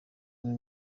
umwe